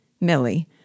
Millie